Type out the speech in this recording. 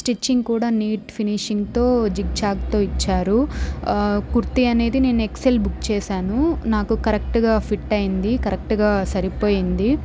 stitching కూడా neat ఫినిషింగ్తో జిగిజాగ్తో ఇచ్చారు కుర్తి అనేది నేను ఎక్స్ఎల్ బుక్ చేసాను నాకు కరెక్ట్గా ఫిట్ అయ్యింది కరెక్ట్గా సరిపోయింది